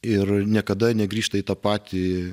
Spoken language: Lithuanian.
ir niekada negrįžta į tą patį